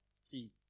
See